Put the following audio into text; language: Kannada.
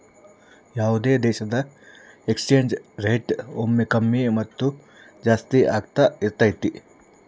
ಯಾವುದೇ ದೇಶದ ಎಕ್ಸ್ ಚೇಂಜ್ ರೇಟ್ ಒಮ್ಮೆ ಕಮ್ಮಿ ಮತ್ತು ಜಾಸ್ತಿ ಆಗ್ತಾ ಇರತೈತಿ